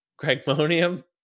cragmonium